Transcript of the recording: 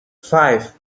five